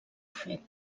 fet